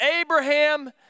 Abraham